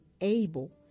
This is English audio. able